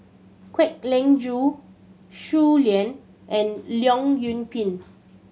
Kwek Leng Joo Shui Lan and Leong Yoon Pin